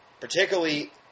Particularly